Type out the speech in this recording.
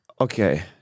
Okay